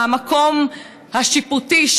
במקום השיפוטי,